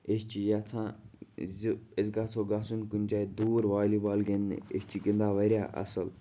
أسۍ چھِ یَژھان زِ أسۍ گژھو گژھٕنۍ کُنہِ جاے دوٗر والی بال گِنٛدنہِ أسۍ چھِ گِنٛدان واریاہ اَصٕل